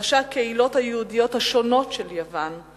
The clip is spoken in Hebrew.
ראשי הקהילות היהודיות השונות של יוון,